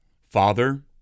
Father